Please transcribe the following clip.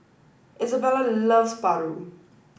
Isabella loves Paru